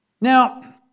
Now